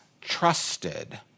trusted